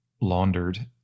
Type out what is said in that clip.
laundered